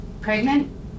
pregnant